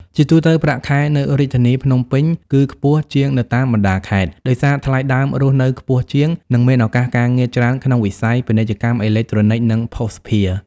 ជាទូទៅ ប្រាក់ខែនៅរាជធានីភ្នំពេញគឺខ្ពស់ជាងនៅតាមបណ្តាខេត្ត ដោយសារថ្លៃដើមរស់នៅខ្ពស់ជាង និងមានឱកាសការងារច្រើនក្នុងវិស័យ ពាណិជ្ជកម្មអេឡិចត្រូនិក និងភស្តុភារ។